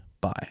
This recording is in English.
Bye